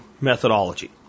methodology